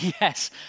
yes